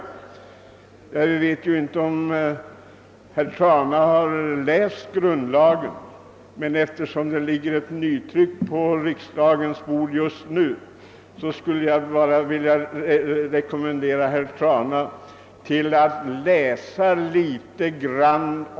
Jag vet inte om herr Trana har läst grundlagen, men eftersom det just nu ligger ett nytryck på riksdagens bord, skulle jag vilja rekommendera herr Trana att läsa dem.